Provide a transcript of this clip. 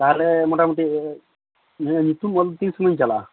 ᱛᱟᱦᱚᱞᱮ ᱢᱚᱴᱟᱢᱩᱴᱤ ᱤᱧᱟᱹᱜ ᱧᱩᱛᱩᱢ ᱚᱞ ᱛᱤᱱ ᱥᱚᱢᱳᱭᱤᱧ ᱪᱟᱞᱟᱜᱼᱟ